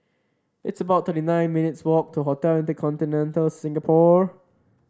it's about thirty nine minutes' walk to Hotel InterContinental Singapore